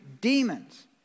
demons